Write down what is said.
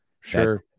Sure